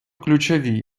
ключові